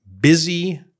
busy